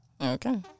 Okay